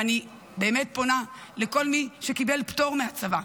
ואני באמת פונה לכל מי שקיבל פטור מהצבא,